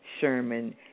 Sherman